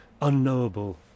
unknowable